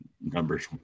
numbers